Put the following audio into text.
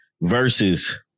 versus